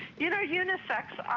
you know unisex